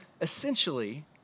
essentially